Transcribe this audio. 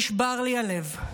נשבר לי הלב.